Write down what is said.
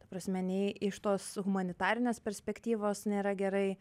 prasme nei iš tos humanitarinės perspektyvos nėra gerai